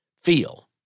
feel